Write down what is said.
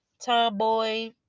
Tomboy